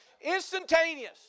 Instantaneous